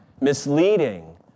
misleading